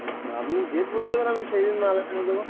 আচ্ছা আপনি ডেট বলে দেবেন আমি সেই দিন মাল এনে দেবো